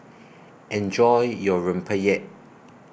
Enjoy your Rempeyek